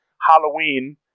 Halloween